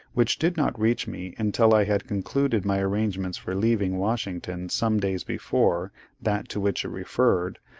which did not reach me until i had concluded my arrangements for leaving washington some days before that to which it referred,